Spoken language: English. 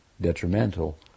detrimental